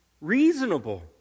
reasonable